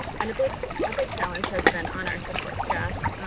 and a big ah big challenge has been on our support staff.